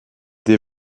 des